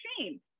shame